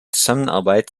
zusammenarbeit